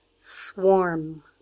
Swarm